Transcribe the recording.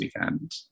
weekend